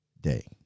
day